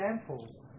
examples